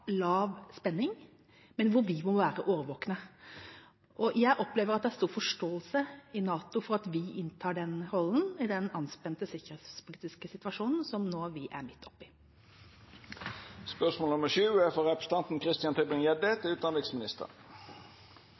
men hvor vi må være årvåkne. Og jeg opplever at det er stor forståelse i NATO for at vi inntar den rollen i den anspente sikkerhetspolitiske situasjonen som vi nå er midt oppe i.